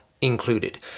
included